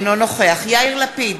אינו נוכח יאיר לפיד,